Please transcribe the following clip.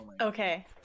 Okay